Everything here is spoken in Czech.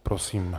Prosím.